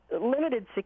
limited